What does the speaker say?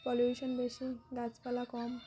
pollution বেশি গাছপালা কম